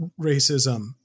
racism